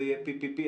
זה יהיה PPP,